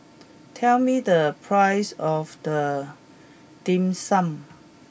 tell me the price of the Dim Sum